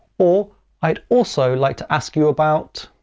ah i'd also like to ask you about,